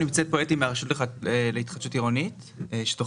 נמצאת פה אתי מהרשות להתחדשות עירונית שתוכל